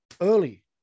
early